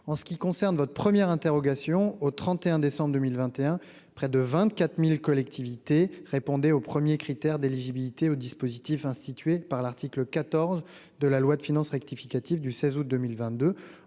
en ce qui concerne votre première interrogation au 31 décembre 2021 près de 24000 collectivités répondait au 1er critère d'éligibilité au dispositif institué par l'article 14 de la loi de finances rectificative du 16 août 2022,